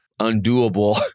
undoable